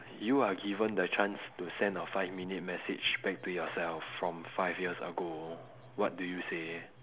you are given the chance to send a five minute message back to yourself from five years ago what do you say